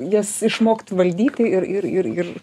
jas išmokt valdyti ir ir ir ir